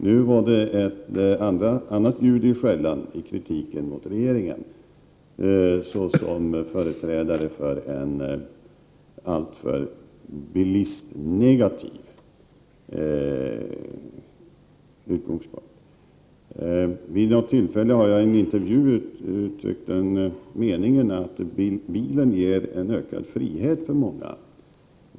Nu var det ett annat ljud i skällan i kritiken mot regeringen, som ansågs vara alltför negativ till bilismen. Vid något tillfälle har jag i en intervju uttryckt den meningen att bilen ger ökad frihet för många.